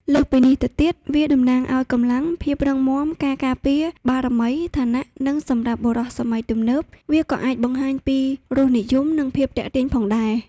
លើសពីនេះទៅទៀត វាតំណាងឲ្យ កម្លាំង ភាពរឹងមាំ ការការពារ បារមី ឋានៈ និងសម្រាប់បុរសសម័យទំនើប វាក៏អាចបង្ហាញពីរសនិយម និងភាពទាក់ទាញផងដែរ។